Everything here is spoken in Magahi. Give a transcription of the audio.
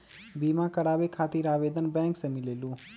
बिमा कराबे खातीर आवेदन बैंक से मिलेलु?